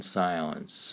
silence